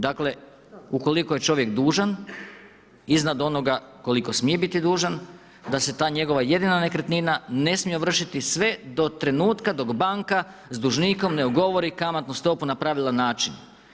Dakle, ukoliko je čovjek dužan iznad onoga koliko smije biti dužan, da se ta njegova jedina nekretnina ne smije ovršiti sve do trenutka, dok banka s dužnikom ne ugovori kamatnu stopu na pravilan način.